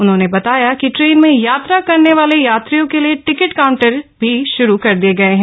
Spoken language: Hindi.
उन्होंने बताया कि ट्रेन में यात्रा करने वाले यात्रियों के लिए टिकट काउंटर भी श्रू कर दिए गए हैं